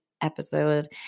episode